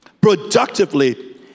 productively